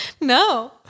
No